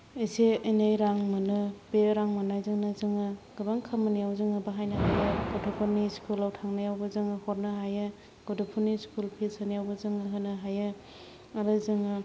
एसे एनै रां मोनो बे रां मोननायजोंनो जोङो गोबां खामानियाव जोङो बाहायनो हायो गथ'फोरनि स्कुलाव थांनायावबो जोङो हरनो हायो गथ'फोरनि स्कुल फिस होनायावबो जों होनो हायो आरो जोङो